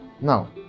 Now